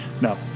No